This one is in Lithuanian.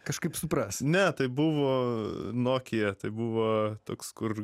kažkaip supras ne tai buvo nokia tai buvo toks kur